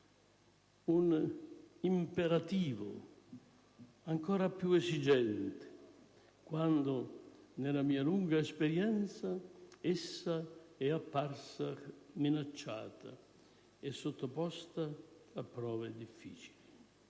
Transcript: un imperativo ancora più esigente quando, nella mia lunga esperienza, essa è apparsa minacciata e sottoposta a prove difficili.